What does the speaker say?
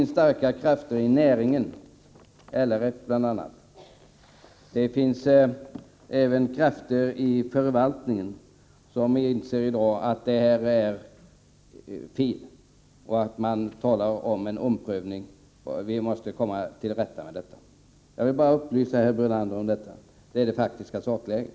Starka krafter inom näringen, bl.a. LRF, och även krafter inom förvaltningen visar på att det är fel att det skall vara så här. Man talar om en omprövning och om att vi måste komma till rätta med detta. Jag ville bara upplysa herr Brunander om den saken. Det är det faktiska sakläget.